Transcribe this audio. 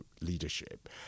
leadership